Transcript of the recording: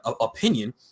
opinion